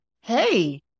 hey